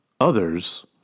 Others